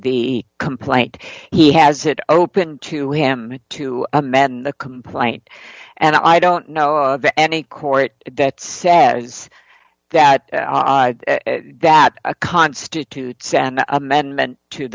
the complaint he has it open to him to amend the complaint and i don't know of any court that says that that constitutes an amendment to